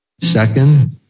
Second